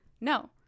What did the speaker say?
no